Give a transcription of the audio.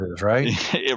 right